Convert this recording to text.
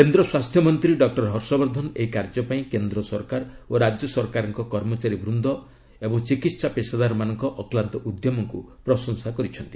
କେନ୍ଦ୍ର ସ୍ୱାସ୍ଥ୍ୟମନ୍ତ୍ରୀ ଡକ୍ଟର ହର୍ଷବର୍ଦ୍ଧନ ଏହି କାର୍ଯ୍ୟପାଇଁ କେନ୍ଦ୍ର ସରକାର ଓ ରାଜ୍ୟ ସରକାରଙ୍କ କର୍ମଚାରୀବୃନ୍ଦ ଓ ଚିକିହା ପେସାଦାରମାନଙ୍କ ଅକ୍ଲାନ୍ତ ଉଦ୍ୟମକ୍ତ ପ୍ରଶଂସା କରିଛନ୍ତି